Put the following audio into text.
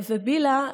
בלהה,